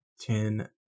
ten